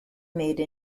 made